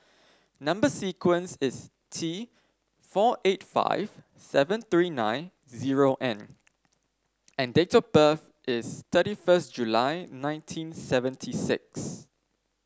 number sequence is T four eight five seven three nine zero N and date of birth is thirty first July nineteen seventy six